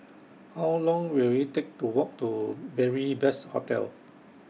How Long Will IT Take to Walk to Beary Best Hostel